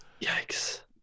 Yikes